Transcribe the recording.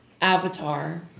Avatar